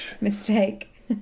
Mistake